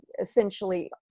essentially